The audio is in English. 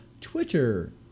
Twitter